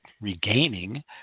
regaining